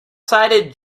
cited